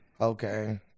okay